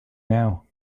now